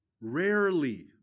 rarely